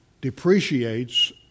depreciates